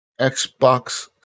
Xbox